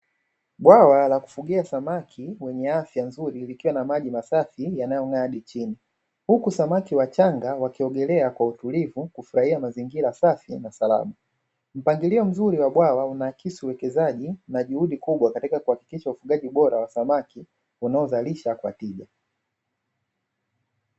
Bwawa la kufugia samaki wenye afya nzuri likiwa na maji masafi yanayong'aa hadi chini, huku samaki wachanga wakiogelea kwa utulivu kufurahia mazingira safi na salama, mpangilio mzuri wa bwawa unaakisi uwekezaji na juhudi kubwa katika kuhakikisha ufugaji bora wa samaki unaozalisha kwa tija.